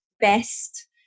best